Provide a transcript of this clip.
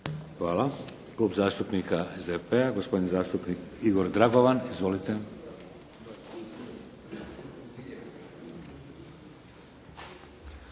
Hvala. Klub zastupnika SDP-a gospodin zastupnik Igor Dragovan. Izvolite.